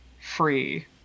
free